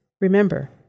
remember